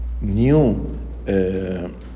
new